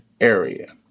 area